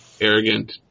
arrogant